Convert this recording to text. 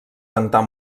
rentar